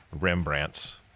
rembrandts